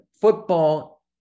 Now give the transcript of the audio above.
football